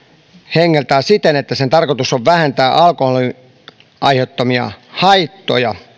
hengeltään siten että sen tarkoitus on vähentää alkoholin aiheuttamia haittoja